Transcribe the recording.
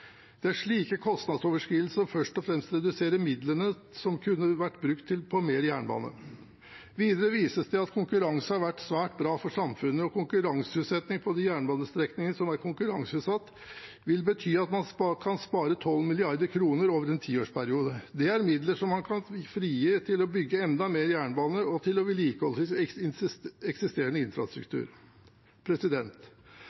er slike kostnadsoverskridelser som først og fremst reduserer midlene som kunne vært brukt på mer jernbane. Videre vises det til at konkurranse har vært svært bra for samfunnet, og at konkurranseutsetting på de jernbanestrekningene som er konkurranseutsatt, vil bety at man kan spare 12 mrd. kr over en tiårsperiode. Det er midler man kan frigi til å bygge enda mer jernbane og til å vedlikeholde